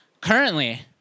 Currently